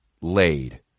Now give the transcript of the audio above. laid